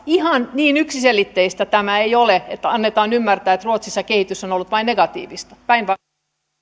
ihan niin yksiselitteistä tämä ei ole kuin annetaan ymmärtää että ruotsissa kehitys on on ollut vain negatiivista päinvastoin